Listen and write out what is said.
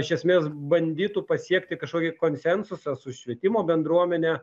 iš esmės bandytų pasiekti kažkokį konsensusą su švietimo bendruomene